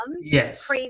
yes